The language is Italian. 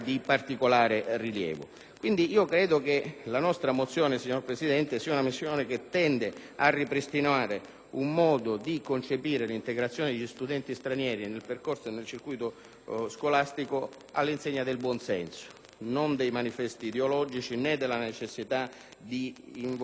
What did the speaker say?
rilievo. La nostra mozione, signor Presidente, tende a ripristinare un modo di concepire l'integrazione di studenti stranieri nel percorso e nel circuito scolastico all'insegna del buon senso, non dei manifesti ideologico né della necessità di invocare o evocare suggestioni.